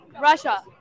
Russia